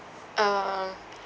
um